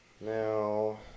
Now